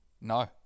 No